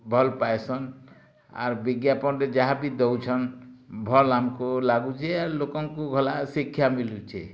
ଭଲ ପାଇସନ ଆର ବିଜ୍ଞାପନ ଟେ ଯାହା ବି ଦଉଛନ ଭଲ ଆମକୁ ଲାଗୁଛି ଆଉ ଲୋକଙ୍କୁ ଭଲା ଶିକ୍ଷା ମିଳୁଛି